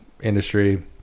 industry